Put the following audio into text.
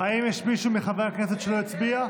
האם יש מישהו מחברי הכנסת שלא הצביע?